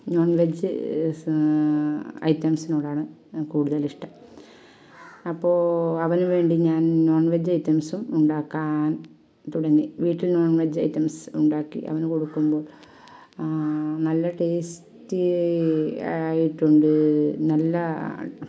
non veg ഐറ്റംസിനോടാണ് കൂടുതൽ ഇഷ്ടം അപ്പോൾ അവന് വേണ്ടി ഞാൻ നോൺ വെജ് ഐറ്റംസും ഉണ്ടാക്കാൻ തുടങ്ങി വീട്ടിൽ നോൺ വെജ് ഐറ്റംസ് ഉണ്ടാക്കി അവന് കൊടുക്കുമ്പോൾ നല്ല ടേസ്റ്റി ആയിട്ടുണ്ട് നല്ല